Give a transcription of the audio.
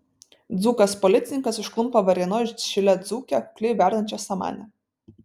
dzūkas policininkas užklumpa varėnos šile dzūkę kukliai verdančią samanę